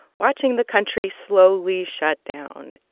watching the country slowly shut down.